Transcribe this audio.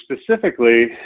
specifically